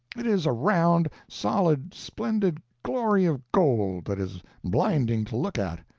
it is a round, solid, splendid glory of gold, that is blinding to look at.